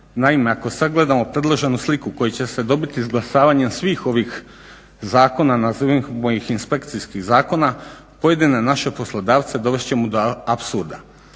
Naime, ako sagledamo predloženu sliku koja će se dobiti izglasavanjem svih ovih zakona nazovimo ih inspekcijskih zakona pojedine naše poslodavce dovesti ćemo do apsurda.